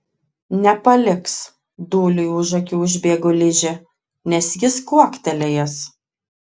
nepaliks dūliui už akių užbėgo ližė nes jis kuoktelėjęs